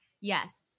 Yes